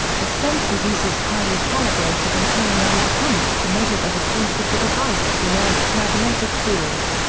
the sensor uses highly calibrated internal electronics to measure the response of the device to the earth's magnetic field.